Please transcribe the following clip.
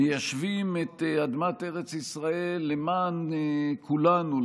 מיישבים את אדמת ארץ ישראל למען כולנו,